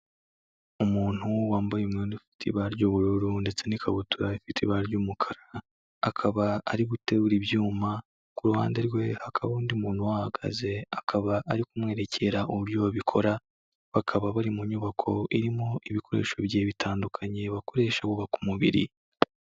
Umuntu wambaye umwenda ufite ibara ry'ubururu ndetse n'ikabutura ifite ibara ry'umukara, akaba ari guteru ibyuma, ku ruhande rwe hakabaho undi muntu uhahagaze, akaba ari kumwerekera uburyo babikora, bakaba bari mu nyubako irimo ibikoresho bigiye bitandukanye bakoresha bubaka umubiri.